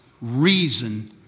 reason